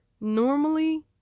normally